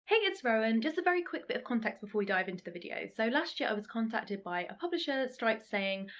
hey, it's rowan. just a very quick bit of context before we dive into the video. so last year, i was contacted by a publisher, stripes, saying,